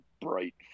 bright